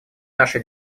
наша